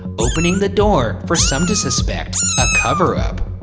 opening the door for some to suspect a cover-up.